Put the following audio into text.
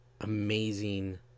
amazing